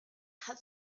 had